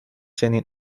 چنین